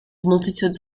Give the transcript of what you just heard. multitudes